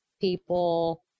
people